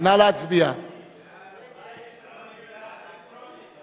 הצבעה אלקטרונית,